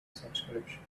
subscription